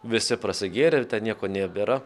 visi prasigėrę ir ten nieko nebėra